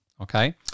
okay